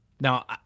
now